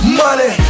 money